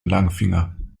langfinger